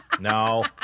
No